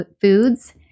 foods